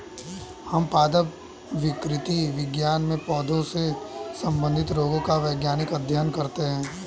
हम पादप विकृति विज्ञान में पौधों से संबंधित रोगों का वैज्ञानिक अध्ययन करते हैं